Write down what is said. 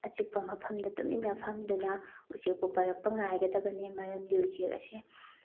ꯑꯆꯤꯛꯄ ꯃꯐꯝꯗ ꯇꯨꯃꯤꯟꯅ ꯐꯝꯗꯨꯅ ꯎꯆꯦꯛꯄꯨ ꯄꯥꯏꯔꯛꯄ ꯉꯥꯏꯒꯗꯕꯅꯤ ꯃꯔꯝꯗꯤ ꯎꯆꯦꯛ ꯑꯁꯤ